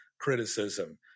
criticism